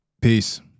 Peace